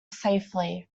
safely